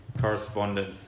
Correspondent